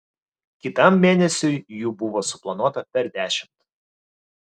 kitam mėnesiui jų buvo suplanuota per dešimt